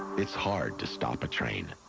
it's hard to stop a trane.